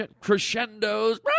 crescendos